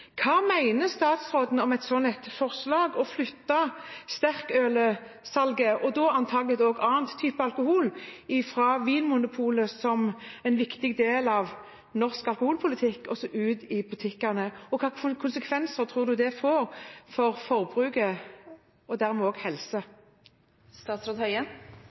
Hva mener statsråden om et forslag om å flytte salget av sterkøl, og antakeligvis annen type alkohol, fra Vinmonopolet – som er en viktig del av norsk alkoholpolitikk – og ut i butikkene? Og hvilke konsekvenser tror statsråden det får for forbruket, og dermed også for helse? Jeg forholder meg til samarbeidsavtalen som regjeringspartiene har med Kristelig Folkeparti og